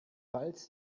falls